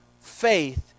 faith